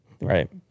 Right